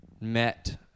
met